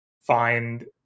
find